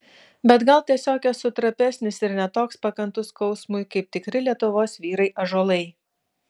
bet gal tiesiog esu trapesnis ir ne toks pakantus skausmui kaip tikri lietuvos vyrai ąžuolai